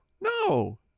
No